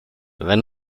wenn